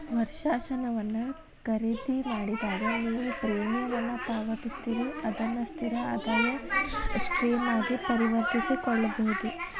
ವರ್ಷಾಶನವನ್ನ ಖರೇದಿಮಾಡಿದಾಗ, ನೇವು ಪ್ರೇಮಿಯಂ ಅನ್ನ ಪಾವತಿಸ್ತೇರಿ ಅದನ್ನ ಸ್ಥಿರ ಆದಾಯದ ಸ್ಟ್ರೇಮ್ ಆಗಿ ಪರಿವರ್ತಿಸಕೊಳ್ಬಹುದು